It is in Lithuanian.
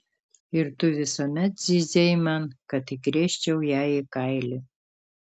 ir tu visuomet zyzei man kad įkrėsčiau jai į kailį